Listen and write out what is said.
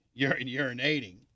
Urinating